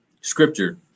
scripture